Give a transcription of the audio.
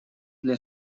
для